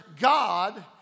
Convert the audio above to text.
God